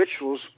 rituals